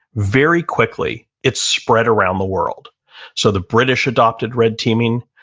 very quickly, it spread around the world so, the british adopted red teaming,